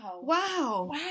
Wow